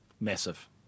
Massive